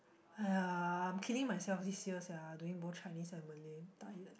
!aiya! I am killing myself this year sia doing both Chinese and malay tired